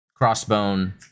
Crossbone